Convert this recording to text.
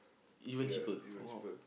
even cheaper !wow!